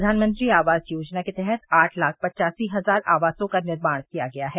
प्रधानमंत्री आवास योजना के तहत आठ लाख पच्चासी हज़ार आवासों का निर्माण किया गया है